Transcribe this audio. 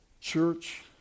Church